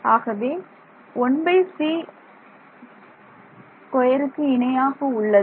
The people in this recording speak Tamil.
ஆகவே 1c2 க்கு இணையாக உள்ளது